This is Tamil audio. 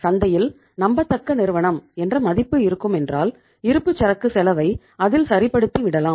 சந்தையில் நம்பத்தக்க நிறுவனம் என்ற மதிப்பு இருக்கும் என்றால் இருப்புச்சரக்கு செலவை அதில் சரிப்படுத்தி விடலாம்